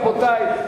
רבותי,